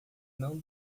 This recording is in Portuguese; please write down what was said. não